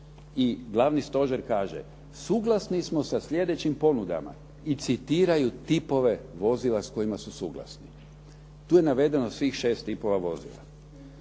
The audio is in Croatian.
I Glavni stožer kaže: "Suglasni smo sa slijedećim ponudama" i citiraju tipove vozila s kojima su suglasni. Tu je navedeno svih šest tipova vozila.